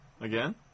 Again